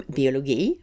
biologi